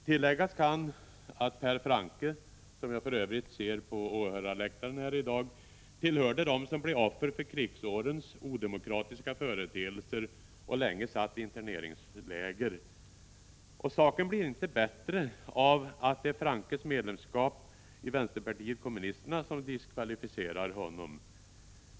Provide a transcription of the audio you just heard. Tilläggas kan att Per Francke — som jag för övrigt ser på åhörarläktaren här i dag — tillhörde dem som blev offer för krigsårens odemokratiska företeelser och länge satt i interneringsläger. Saken blir inte bättre av att det är Franckes medlemskap i vänsterpartiet kommunisterna som diskvalificerar honom.